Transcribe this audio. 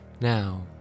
Now